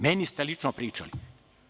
Meni ste lično pričali.